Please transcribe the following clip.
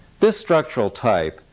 this structural type,